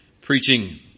preaching